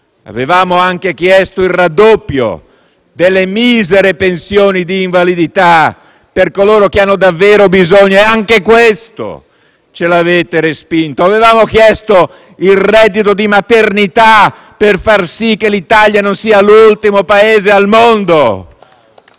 Avevamo anche chiesto il raddoppio delle misere pensioni d'invalidità per coloro che hanno davvero bisogno, ma anche questo ce lo avete respinto. Avevamo chiesto il reddito di maternità per far sì che l'Italia non fosse l'ultimo Paese al mondo